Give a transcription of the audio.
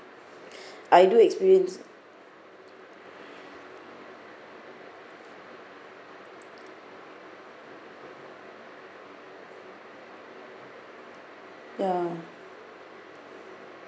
I do experience ya